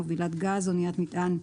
"מובילת גז" אניית מטען,